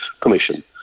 commission